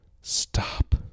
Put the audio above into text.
stop